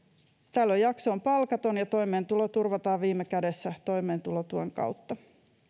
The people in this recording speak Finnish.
tällöin jakso on palkaton ja toimeentulo turvataan viime kädessä toimeentulotuen kautta